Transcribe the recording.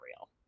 real